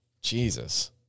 Jesus